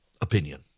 opinion